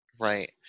Right